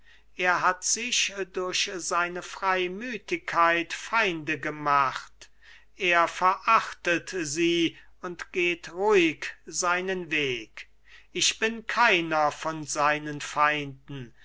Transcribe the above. er hat sich durch seine freymüthigkeit feinde gemacht er verachtet sie und geht ruhig seinen weg ich bin keiner von seinen feinden